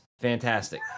fantastic